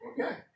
Okay